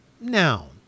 noun